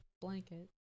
blanket